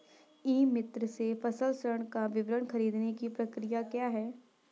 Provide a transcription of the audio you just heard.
ई मित्र से फसल ऋण का विवरण ख़रीदने की प्रक्रिया क्या है?